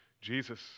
Jesus